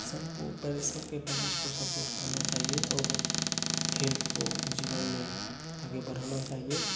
सबको पर सबके पेरेंट्स को सपोर्ट करना चाहिए और खेल को जीवन आगे बढ़ाना चाहिए